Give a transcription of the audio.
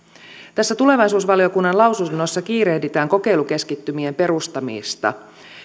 tässä tulevaisuusvaliokunnan lausunnossa kiirehditään kokeilukeskittymien perustamista